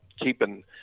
keeping